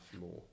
more